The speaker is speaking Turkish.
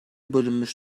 bölünmüş